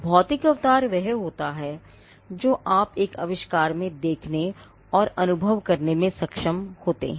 भौतिक अवतार वह होता है जो आप एक आविष्कार में देखने और अनुभव करने में सक्षम हैं